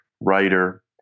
writer